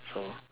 so